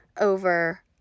over